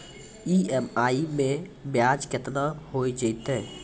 EMI मैं ब्याज केतना हो जयतै?